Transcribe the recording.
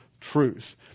truth